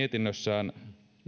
mietinnössään